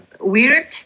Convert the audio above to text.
weird